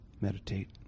meditate